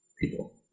people